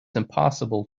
impossible